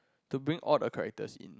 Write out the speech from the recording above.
to bring all the characters in